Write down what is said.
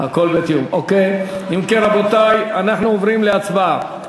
אם כן, רבותי, אנחנו עוברים להצבעה.